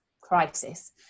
crisis